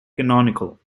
canonical